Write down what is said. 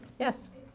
yes.